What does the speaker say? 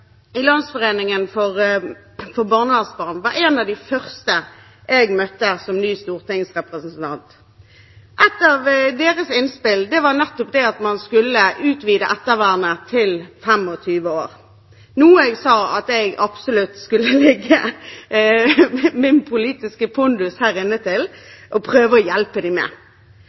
i Landsforeningen for barnevernsbarn var en av de første jeg møtte som ny stortingsrepresentant. Et av deres innspill var nettopp at man skulle utvide ettervernet fram til fylte 25 år, noe jeg sa at jeg absolutt skulle bruke min politiske pondus her inne til å prøve å hjelpe dem med.